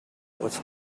was